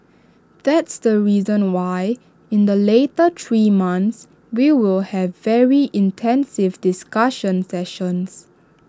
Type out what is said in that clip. that's the reason why in the later three months we will have very intensive discussion sessions